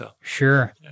Sure